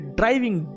driving